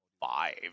five